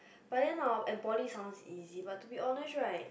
but then hor poly sound easy but to be honest right